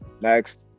Next